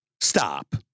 Stop